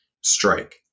strike